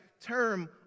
term